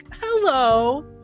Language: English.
Hello